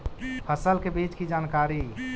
फसल के बीज की जानकारी?